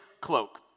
cloak